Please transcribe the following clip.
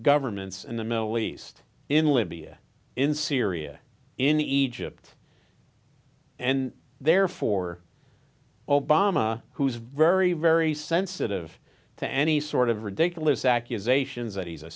governments in the middle east in libya in syria in egypt and therefore obama who is very very sensitive to any sort of ridiculous accusations that he's a